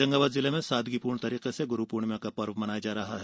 होशंगाबाद जिले में सादगी पूर्ण तरीके से गुरू पूर्णिमा का पर्व मनाया जा रहा है